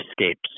escapes